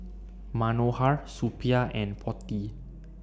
Manohar Suppiah and Potti